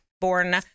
born